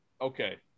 Okay